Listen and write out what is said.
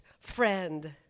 friend